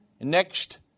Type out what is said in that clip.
next